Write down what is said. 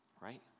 right